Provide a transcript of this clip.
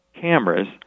cameras